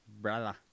Brother